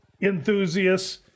enthusiasts